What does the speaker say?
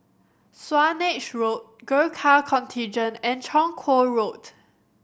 Swanage Road Gurkha Contingent and Chong Kuo Road